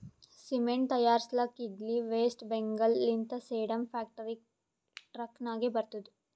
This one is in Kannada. ಸಿಮೆಂಟ್ ತೈಯಾರ್ಸ್ಲಕ್ ಇದ್ಲಿ ವೆಸ್ಟ್ ಬೆಂಗಾಲ್ ಲಿಂತ ಸೇಡಂ ಫ್ಯಾಕ್ಟರಿಗ ಟ್ರಕ್ ನಾಗೆ ಬರ್ತುದ್